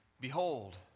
Behold